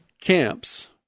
camps